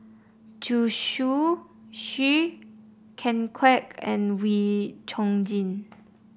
Zhu Xu Ken Kwek and Wee Chong Jin